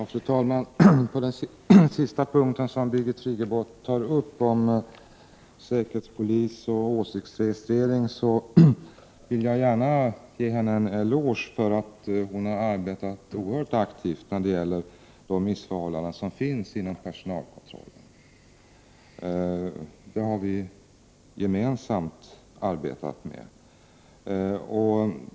Fru talman! På den sista punkten som Birgit Friggebo tar upp, om säkerhetspolisen och åsiktsregistreringen, vill jag gärna ge henne en eloge för att hon har arbetat oerhört aktivt när det gäller de missförhållanden som finns inom personalkontrollen. Det har vi gemensamt arbetat med.